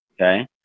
Okay